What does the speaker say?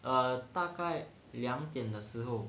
err 大概两点的时候